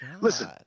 listen